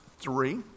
three